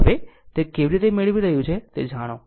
હવે તે કેવી રીતે મેળવી રહ્યું છે તે જાણો